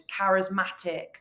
charismatic